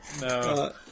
No